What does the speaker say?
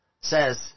says